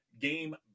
game